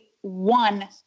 one